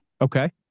Okay